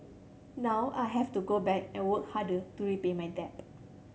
now I have to go back and work harder to repay my debt